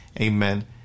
Amen